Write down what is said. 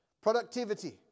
Productivity